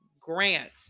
grants